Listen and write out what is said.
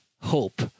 hope